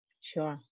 Sure